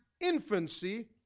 infancy